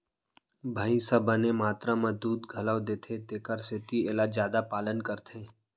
भईंस ह बने मातरा म दूद घलौ देथे तेकर सेती एला जादा पालन करथे